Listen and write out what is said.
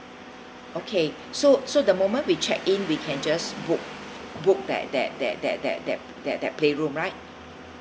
okay so so the moment we check in we can just book book that that that that that that that play room right